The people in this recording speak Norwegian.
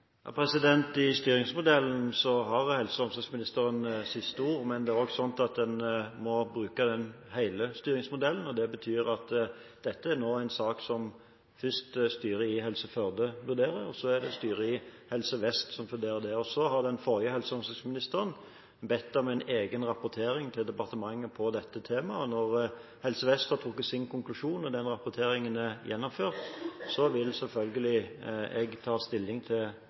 I styringsmodellen har helse- og omsorgsministeren siste ord, men det er også slik at en må bruke hele styringsmodellen. Det betyr at dette er nå en sak som først styret i Helse Førde vurderer, og så er det styret i Helse Vest som vurderer det. Så har den forrige helse- og omsorgsministeren bedt om en egen rapportering til departementet av dette temaet når Helse Vest har trukket sin konklusjon. Når den rapporteringen er gjennomført, vil selvfølgelig jeg ta stilling til